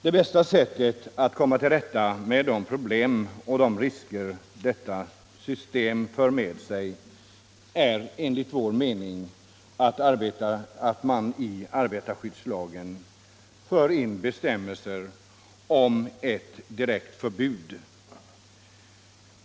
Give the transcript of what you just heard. Det bästa sättet att komma till rätta med de problem och de risker som deta system för med sig är enligt vår mening att i arbetarskyddslagen föra in bestämmelser om ett direkt sådant förbud.